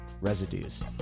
residues